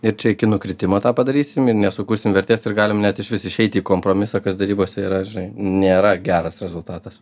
ir čia iki nukritimo tą padarysim ir nesukursim vertės ir galim net išvis išeit į kompromisą kas derybose yra žinai nėra geras rezultatas